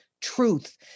truth